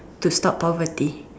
to stop poverty